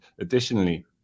Additionally